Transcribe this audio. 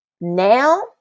now